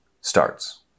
starts